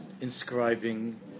inscribing